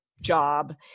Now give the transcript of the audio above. job